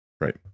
Right